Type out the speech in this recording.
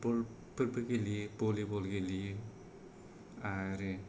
football फोरबो गेलेयो volleyball गेलेयो आरो